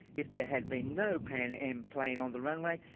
if there had been no pan am plane on the runway,